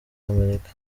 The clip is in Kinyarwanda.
amerika